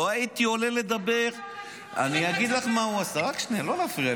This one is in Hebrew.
לא הייתי עולה לדבר --- למה אתה אומר שהוא לא שירת בצבא?